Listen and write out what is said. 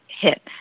hit